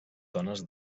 dones